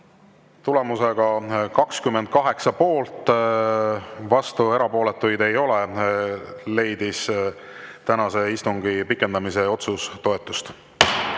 Tulemusega 28 poolt, vastuolijaid ega erapooletuid ei ole, leidis tänase istungi pikendamise otsus toetust.